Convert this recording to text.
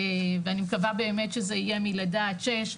ואני מקווה באמת שזה יהיה מלידה עד שש,